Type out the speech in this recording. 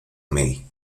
mai